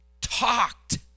talked